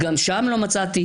גם שם לא מצאתי.